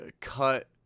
cut